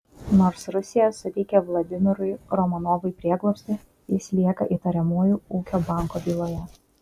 nors rusija suteikė vladimirui romanovui prieglobstį jis lieka įtariamuoju ūkio banko byloje